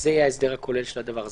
זה יהיה ההסדר הכולל של הדבר הזה?